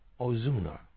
Ozuna